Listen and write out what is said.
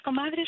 Comadres